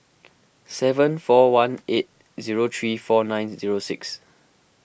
seven four one eight zero three four nine zero six